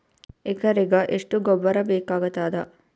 ಎಕರೆಗ ಎಷ್ಟು ಗೊಬ್ಬರ ಬೇಕಾಗತಾದ?